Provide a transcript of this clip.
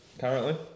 currently